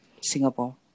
Singapore